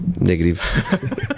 Negative